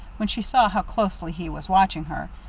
when she saw how closely he was watching her,